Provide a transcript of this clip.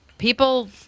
People